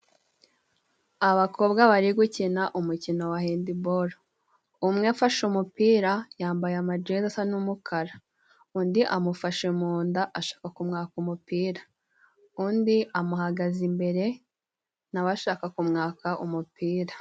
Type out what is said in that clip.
Abakobwa bari gukina umukino wa handibolo. Umwe afashe umupira yambaye amajeze asa n'umukara. Undi amufashe mu nda ashaka kumwaka umupira. Undi amuhagaze imbere nawe ashaka kumwaka umupira.